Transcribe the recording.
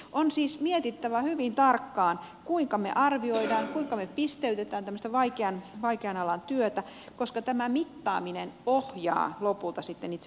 on siis mietittävä hyvin tarkkaan kuinka me arvioimme kuinka me pisteytämme tämmöistä vaikean alan työtä koska tämä mittaaminen ohjaa lopulta sitten itse toimintaa